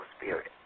spirit